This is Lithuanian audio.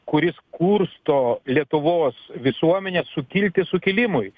kuris kursto lietuvos visuomenę sukilti sukilimui